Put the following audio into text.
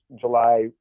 July